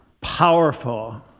powerful